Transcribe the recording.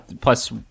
plus